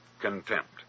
contempt